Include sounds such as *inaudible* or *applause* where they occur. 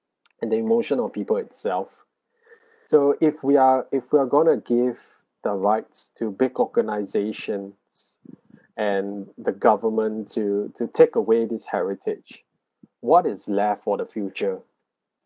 *noise* and the emotion of people itself *breath* so if we are if we are going to give the rights to big organizations and the government to to take away these heritage what is left for the future